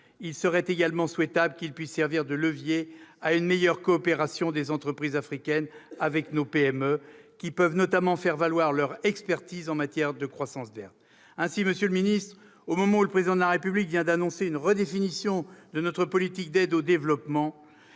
Il serait également souhaitable qu'il puisse servir de levier à une meilleure coopération des entreprises africaines avec nos PME, lesquelles peuvent notamment faire valoir leur expertise en matière de croissance verte. Ainsi, monsieur le ministre, au moment où le Président de la République vient d'annoncer une redéfinition de notre politique d'aide au développement,